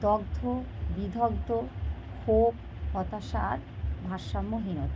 দগ্ধ বিদগ্ধ ও হতাশার ভারসাম্যহীনতা